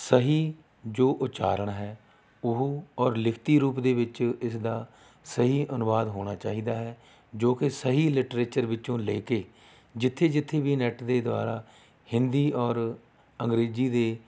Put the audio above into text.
ਸਹੀ ਜੋ ਉਚਾਰਨ ਹੈ ਉਹ ਔਰ ਲਿਖਤੀ ਰੂਪ ਦੇ ਵਿੱਚ ਇਸ ਦਾ ਸਹੀ ਅਨੁਵਾਦ ਹੋਣਾ ਚਾਹੀਦਾ ਹੈ ਜੋ ਕਿ ਸਹੀ ਲਿਟਰੈਚਰ ਵਿੱਚੋਂ ਲੈ ਕੇ ਜਿੱਥੇ ਜਿੱਥੇ ਵੀ ਨੈੱਟ ਦੇ ਦੁਆਰਾ ਹਿੰਦੀ ਔਰ ਅੰਗਰੇਜ਼ੀ ਦੇ